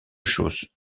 choses